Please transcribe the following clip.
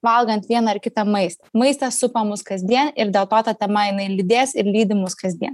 valgant vieną ar kitą maistą maistas supa mus kasdien ir dėl to ta tema jinai lydės ir lydi mus kasdien